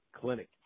clinic